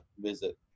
visit